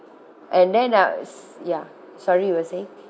and then uh ya sorry you were saying